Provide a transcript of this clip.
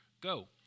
Go